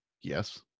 Yes